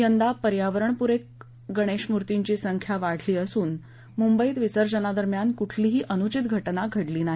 यंदा पर्यावरण पूरक गणेशमूर्तींची संख्या वाढली असून मुंबईत विसर्जनादरम्यान कुठलीही अनुचित घटना घडली नाही